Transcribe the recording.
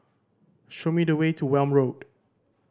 show me the way to Welm Road